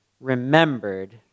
remembered